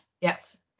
Yes